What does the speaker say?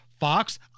Fox